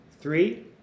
Three